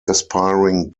aspiring